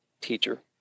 teacher